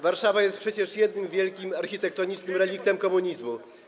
Warszawa jest przecież jednym wielkim architektonicznym reliktem komunizmu.